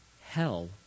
Hell